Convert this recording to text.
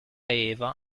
eva